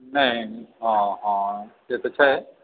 नहि हँ हँ से तऽ छै